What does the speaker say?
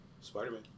Spider-Man